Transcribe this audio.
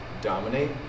dominate